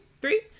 three